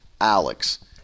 Alex